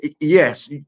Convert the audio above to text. yes